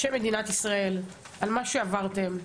בשם מדינת ישראל על מה שעברתם.